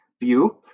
view